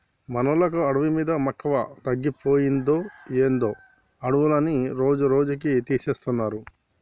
మనోళ్ళకి అడవి మీద మక్కువ తగ్గిపోయిందో ఏందో అడవులన్నీ రోజురోజుకీ తీసేస్తున్నారు